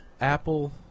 Apple